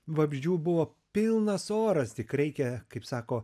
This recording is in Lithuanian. vabzdžių buvo pilnas oras tik reikia kaip sako